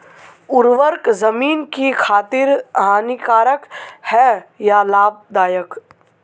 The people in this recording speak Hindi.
उर्वरक ज़मीन की खातिर हानिकारक है या लाभदायक है?